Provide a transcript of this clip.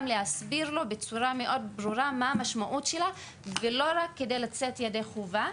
להסביר לו בצורה מאוד ברורה מה המשמעות שלה ולא רק כדי לצאת ידי חובה,